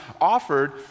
offered